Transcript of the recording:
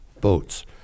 boats